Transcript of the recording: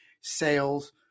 Sales